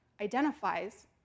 identifies